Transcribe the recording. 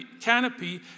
canopy